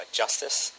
justice